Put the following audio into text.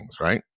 right